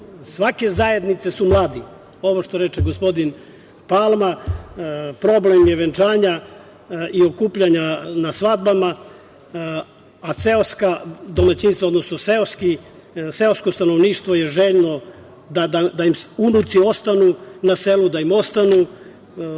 svake zajednice su mladi. Ovo što reče gospodin Palma, problem je venčanja i okupljanja na svadbama, a seoska domaćinstva, odnosno seosko stanovništvo je željno da im unuci ostanu na selu, da im ostanu